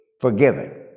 forgiven